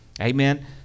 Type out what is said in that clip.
amen